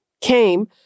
came